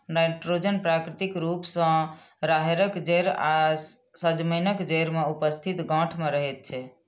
nitrogen प्राकृतिक रूप सॅ राहैड़क जड़ि आ सजमनिक जड़ि मे उपस्थित गाँठ मे रहैत छै